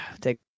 take